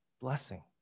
blessing